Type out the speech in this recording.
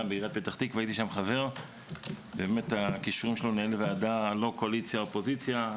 יש לו כישורים לנהל ועדה מבלי להתייחס לעניין של קואליציה ואופוזיציה.